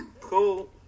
Cool